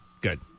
Good